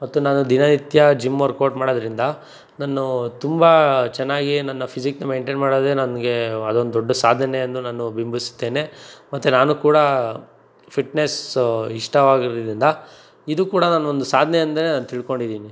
ಮತ್ತು ನಾನು ದಿನನಿತ್ಯ ಜಿಮ್ ವರ್ಕೌಟ್ ಮಾಡೋದ್ರಿಂದ ನಾನು ತುಂಬ ಚೆನ್ನಾಗಿ ನನ್ನ ಫಿಸಿಕ್ ಮೇನ್ಟೇನ್ ಮಾಡೋದೇ ನನಗೆ ಅದೊಂದು ದೊಡ್ಡ ಸಾಧನೆ ಎಂದು ನಾನು ಬಿಂಬಿಸುತ್ತೇನೆ ಮತ್ತು ನಾನು ಕೂಡ ಫಿಟ್ನೆಸ್ ಇಷ್ಟವಾಗಿರೋದ್ರಿಂದ ಇದು ಕೂಡ ನನ್ನ ಒಂದು ಸಾಧ್ನೆ ಅಂತ ನಾನು ತಿಳ್ಕೊಂಡಿದೀನಿ